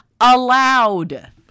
Allowed